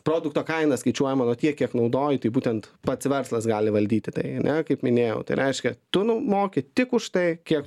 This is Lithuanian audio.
produkto kaina skaičiuojama nuo tiek kiek naudoji tai būtent pats verslas gali valdyti tai ne kaip minėjau tai reiškia tu nu moki tik už tai kiek